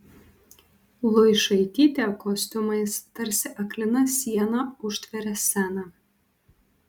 luišaitytė kostiumais tarsi aklina siena užtveria sceną